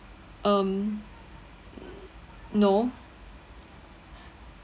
um no